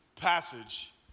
passage